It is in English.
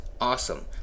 awesome